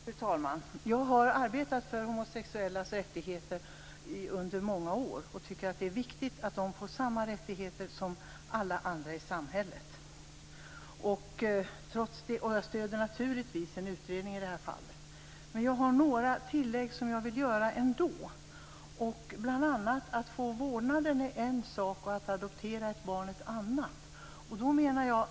Fru talman! Jag har arbetat för homosexuellas rättigheter under många år. Jag tycker att det är viktigt att de får samma rättigheter som alla andra i samhället. Jag stöder också naturligtvis en utredning i det här fallet. Men jag har några tillägg som jag ändå vill göra. Att få vårdnaden om ett barn är en sak och att adoptera ett barn är en annan sak.